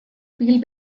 feel